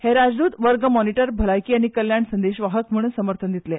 ह्या राजद्तांक वर्ग मॉनीटर भलायकी आनी कल्याण संदेश वाहक म्हणून समर्थन दितले